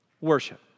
Worship